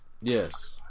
Yes